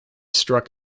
struck